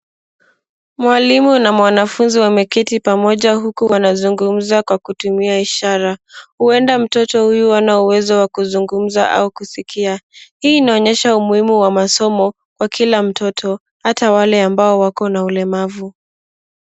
Mwalimu na mwanafunzi wameketi pamoja huku wanazungumza kwa kutumia ishara, huenda mtoto huyu hana uwezo wa kuzungumza au kusikia .Hii inaonyesha umuhimu wa masomo kwa kila mtoto hata wale ambao wako na ulemavu.